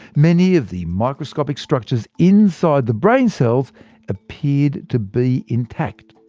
many of the microscopic structures inside the brain cells appeared to be intact.